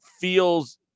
feels